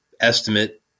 estimate